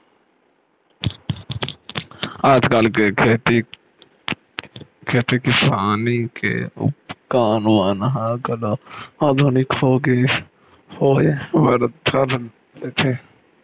आजकल के खेती किसानी के उपकरन मन ह घलो आधुनिकी होय बर धर ले हवय